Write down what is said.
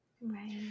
right